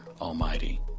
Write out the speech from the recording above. Almighty